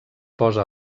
posa